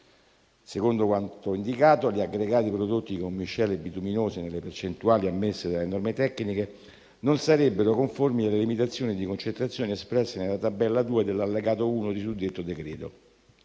Secondo quanto indicato, gli aggregati prodotti con miscele bituminose nelle percentuali ammesse dalle norme tecniche non sarebbero conformi alle limitazioni di concentrazione espresse nella tabella 2 dell'allegato 1 del suddetto decreto